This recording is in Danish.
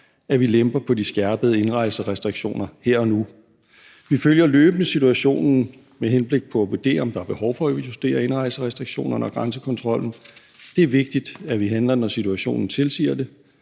at vi lemper på de skærpede indrejserestriktioner her og nu. Vi følger løbende situationen med henblik på at vurdere, om der er behov for at justere indrejserestriktionerne og grænsekontrollen. Det er vigtigt, at vi handler, når situationen tilsiger det.